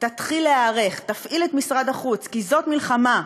תתחיל להיערך, תפעיל את משרד החוץ, כי זאת מלחמה.